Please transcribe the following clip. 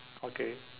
okay